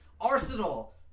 Arsenal